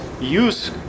use